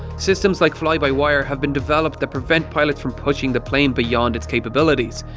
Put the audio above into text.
systems like fly-by-wire have been developed that prevent pilots from pushing the plane beyond it's capabilities,